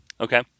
Okay